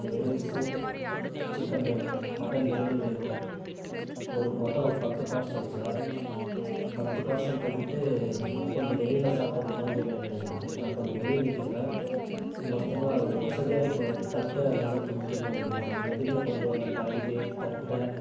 egg rice chicken வேணும் mutton biryani வேணும் ஒரு மொத்தம் பத்து பார்சல் சார் பத்து பார்சல் பண்ணிவிட்டு கொஞ்சம் வெளியில் சாப்பிட்ற மாதிரி வேணும் எங்களுக்கு நான் கொஞ்சம் வெளியிலிருக்குறேன் மொத்தமாக வசதியாருக்க தட்டு அதெல்லாம் கொடுத்துர்ணும் நீங்கள் நாங்கள் எதுவுமே கொண்டு வர்லை கரண்டி தட்டு